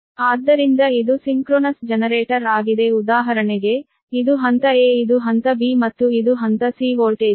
ಆದ್ದರಿಂದ ಇದು synchronous generator ಆಗಿದೆ ಉದಾಹರಣೆಗೆ ಇದು ಹಂತ a ಇದು ಹಂತ b ಮತ್ತು ಇದು ಹಂತ c ವೋಲ್ಟೇಜ್ಗಳು